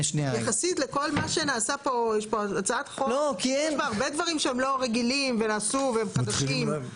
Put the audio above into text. יש לנו הצעות חוק שיש בהן תקציב שמיועד למטרה מסוימת,